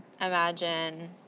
imagine